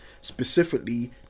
specifically